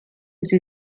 sie